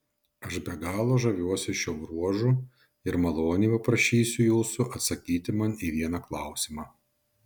aš be galo žaviuosi šiuo bruožu ir maloniai paprašysiu jūsų atsakyti man į vieną klausimą